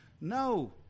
No